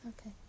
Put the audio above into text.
Okay